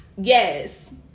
yes